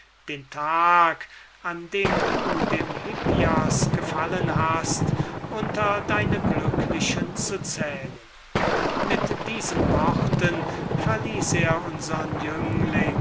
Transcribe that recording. den tag an dem du dem hippias gefallen hast unter deine glücklichen zu zählen mit diesen worten verließ er unsern jüngling